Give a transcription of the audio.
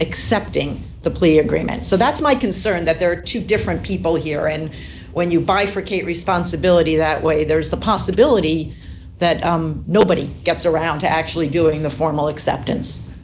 accepting the plea agreement so that's my concern that there are two different people here and when you bifurcate responsibility that way there is the possibility that nobody gets around to actually doing the formal acceptance